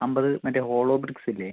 അമ്പത് മറ്റേ ഹോളോബ്രിക്സ് ഇല്ലേ